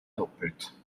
doppelt